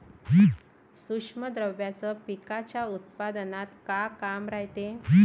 सूक्ष्म द्रव्याचं पिकाच्या उत्पन्नात का काम रायते?